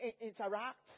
interact